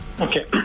Okay